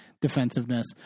defensiveness